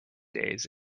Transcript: days